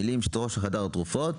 המילים: "שטחו של חדר תרופות"